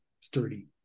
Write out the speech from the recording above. sturdy